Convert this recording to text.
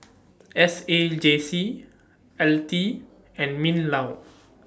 S A J C L T and MINLAW